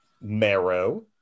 Marrow